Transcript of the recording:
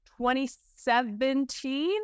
2017